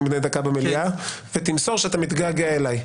בני דקה במליאה ותמסור שאתה מתגעגע אלי.